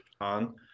on